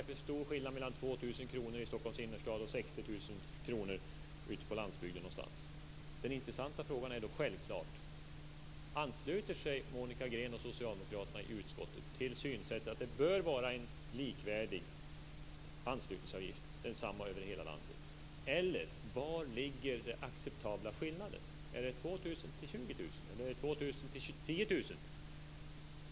Det är för stor skillnad mellan 2 000 kr i Stockholms innerstad och 60 000 någonstans ute på landsbygden. Den intressanta frågan är då självklart följande: Ansluter sig Monica Green och socialdemokraterna i utskottet till synsättet att det bör vara en likvärdig anslutningsavgift - densamma över hela landet? Om inte - var ligger den acceptabla skillnaden? Ligger den mellan 2 000 och 20 000 eller mellan 2 000 och 10 000?